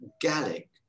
gallic